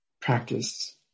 practice